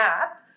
app